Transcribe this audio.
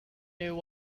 new